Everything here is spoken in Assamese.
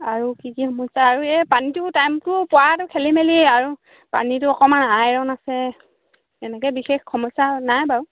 আৰু কি কি সমস্যা আৰু এই পানীটো টাইমটো পোৱাটো খেলি মেলি আৰু পানীটো অকণমান আইৰণ আছে এনেকৈ বিশেষ সমস্যা নাই বাৰু